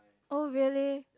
oh really